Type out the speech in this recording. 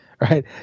right